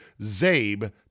ZABE